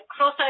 crossover